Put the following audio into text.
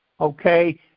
okay